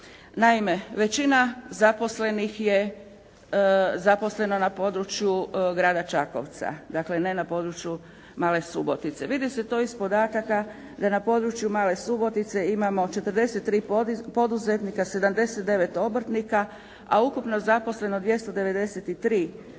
Naime, većina zaposlenih je zaposlena na području Grada Čakovca, dakle ne na području Male Subotice. Vidi se to iz podataka da na području Male Subotice imamo 43 poduzetnika, 79 obrtnika, a ukupno zaposleno 293, što znači